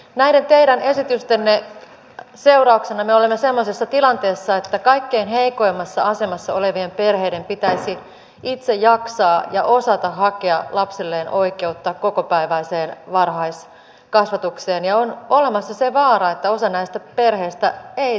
näiden teidän esitystenne seurauksena me olemme sellaisessa tilanteessa että kaikkein heikoimmassa asemassa olevien perheiden pitäisi itse jaksaa ja osata hakea lapselleen oikeutta kokopäiväiseen varhaiskasvatukseen ja on olemassa se vaara että osa näistä perheistä ei sitä tee